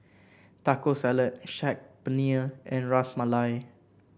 Taco Salad Saag Paneer and Ras Malai